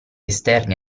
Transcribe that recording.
esterni